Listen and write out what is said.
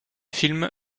films